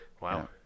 wow